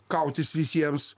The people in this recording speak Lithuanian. kautis visiems